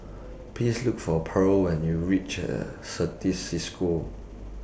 Please Look For Pearl when YOU REACH Certis CISCO